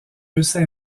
russes